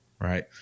right